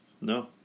No